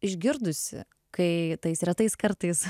išgirdusi kai tais retais kartais